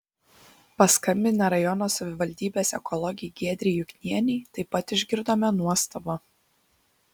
paskambinę rajono savivaldybės ekologei giedrei juknienei taip pat išgirdome nuostabą